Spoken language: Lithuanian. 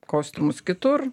kostiumus kitur